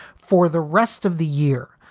for the rest of the year,